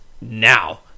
now